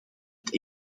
het